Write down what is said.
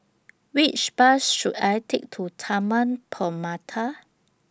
Which Bus should I Take to Taman Permata